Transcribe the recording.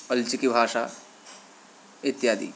अल्जिकिभाषा इत्यादि